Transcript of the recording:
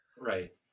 right